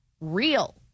Real